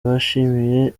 bashimye